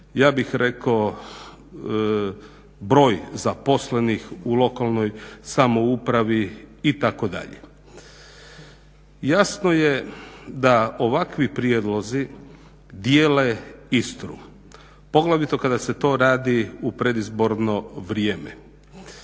ja bih rekao broj zaposlenih u lokalnoj samoupravi itd. Jasno je da ovakvi prijedlozi dijele Istru, poglavito kada se to radi u predizborno vrijeme.